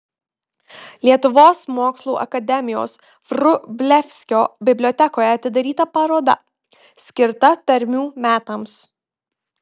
lietuvos mokslų akademijos vrublevskio bibliotekoje atidaryta paroda skirta tarmių metams